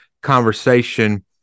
conversation